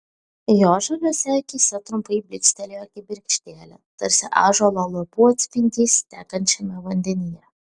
jo žaliose akyse trumpai blykstelėjo kibirkštėlė tarsi ąžuolo lapų atspindys tekančiame vandenyje